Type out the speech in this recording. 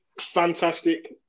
fantastic